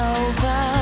over